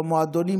במועדונים,